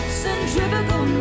centrifugal